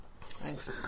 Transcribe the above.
Thanks